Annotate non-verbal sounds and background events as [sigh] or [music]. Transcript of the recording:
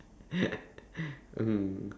[laughs] mm